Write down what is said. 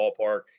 ballpark